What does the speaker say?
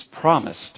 promised